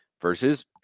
versus